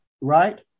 Right